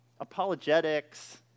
apologetics